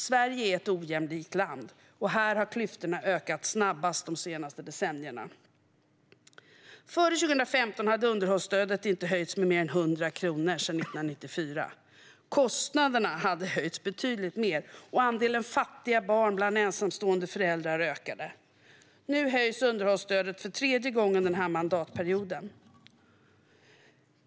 Sverige är ett ojämlikt land, och här har klyftorna ökat snabbast de senaste decennierna. Före 2015 hade underhållsstödet inte höjts med mer än 100 kronor sedan 1994. Kostnaderna hade höjts betydligt mer, och andelen fattiga barn till ensamstående föräldrar ökade. Nu höjs underhållsstödet för tredje gången den här mandatperioden.